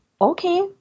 Okay